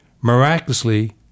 Miraculously